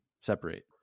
separate